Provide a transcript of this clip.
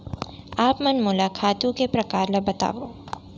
आप मन मोला खातू के प्रकार ल बतावव?